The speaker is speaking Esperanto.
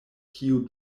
kiu